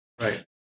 right